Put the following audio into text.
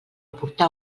portar